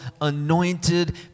anointed